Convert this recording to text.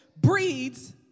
breeds